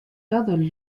todos